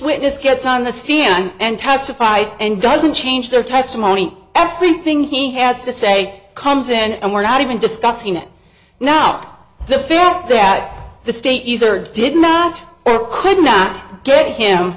witness gets on the stand and testified and doesn't change their testimony everything he has to say comes in and we're not even discussing it now the field that the state either did not or could not get him